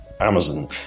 amazon